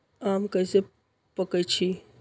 आम कईसे पकईछी?